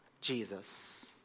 Jesus